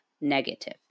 negative